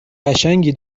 قشنگی